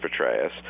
Petraeus